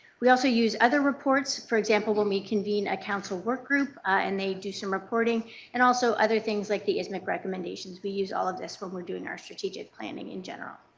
we also use other reports, for example, when we convene a council workgroup and they do some reporting and also other things like the ismicc recommendations. we use all of this when we are doing our strategic planning in general.